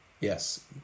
Yes